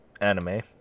anime